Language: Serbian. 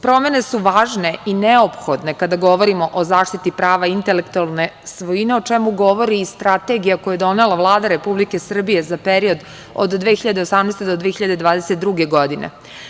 Promene su važne i neophodne kada govorimo o zaštiti prava intelektualne svojine, o čemu govori i Strategija koju je donela Vlada Republike Srbije za period od 2018. do 2022. godine.